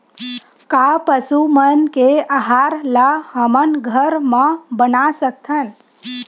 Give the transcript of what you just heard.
का पशु मन के आहार ला हमन घर मा बना सकथन?